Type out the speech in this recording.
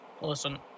Listen